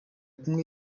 kumwe